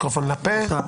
חקירות.